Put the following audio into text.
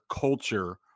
culture